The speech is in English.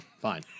fine